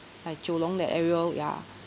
like jiulong that area ya